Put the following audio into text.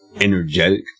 energetic